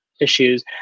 issues